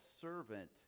servant